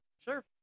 Sure